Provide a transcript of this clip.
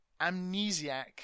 amnesiac